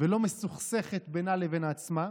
ולא מסוכסכת בינה לבין עצמה,